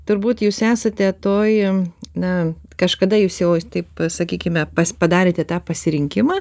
turbūt jūs esate toj na kažkada jūs jau taip sakykime pas padarėte tą pasirinkimą